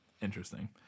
Interesting